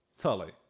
Tully